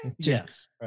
Yes